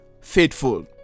faithful